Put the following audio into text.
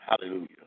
hallelujah